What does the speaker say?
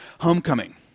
homecoming